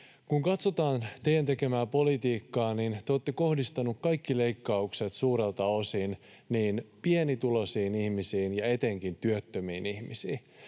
Kun katsotaan teidän tekemäänne politiikkaa, niin te olette kohdistaneet kaikki leikkaukset suurelta osin pienituloisiin ihmisiin ja etenkin työttömiin ihmisiin.